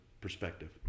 perspective